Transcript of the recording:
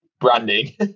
branding